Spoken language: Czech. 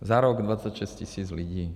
Za rok 26 tisíc lidí.